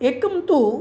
एकं तु